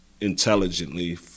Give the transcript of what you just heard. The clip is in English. intelligently